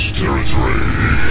territory